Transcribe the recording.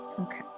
Okay